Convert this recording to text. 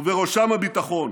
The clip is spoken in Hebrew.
ובראשם הביטחון.